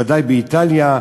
ודאי באיטליה,